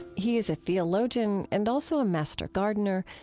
he is a theologian and also a master gardener,